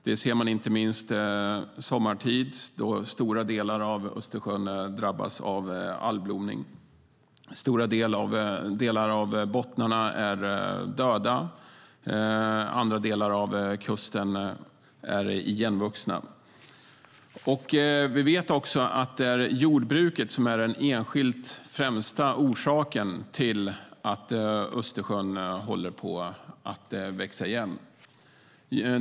Det ser man inte minst sommartid, då stora delar av Östersjön drabbas av algblomning. Stora delar av bottnarna är döda, och andra delar av kusten är igenvuxna. Vi vet att det är jordbruket som är den enskilt främsta orsaken till att Östersjön håller på att växa igen.